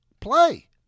play